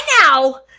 now